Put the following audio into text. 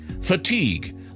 Fatigue